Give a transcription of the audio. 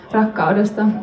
rakkaudesta